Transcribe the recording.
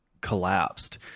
collapsed